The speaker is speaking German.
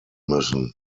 müssen